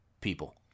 people